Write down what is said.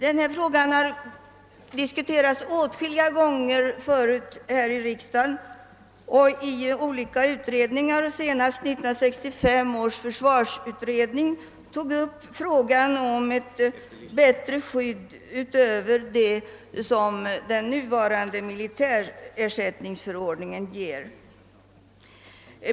Detta ärende har diskuterats åtskilliga gånger förut här i riksdagen, och olika utredningar — senast 1965 års försvarsutredning -— har tagit upp frågan om ett bättre skydd än det som den nuvarande militärersättningsförordningen ger.